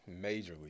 majorly